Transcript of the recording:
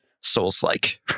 Souls-like